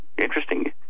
Interesting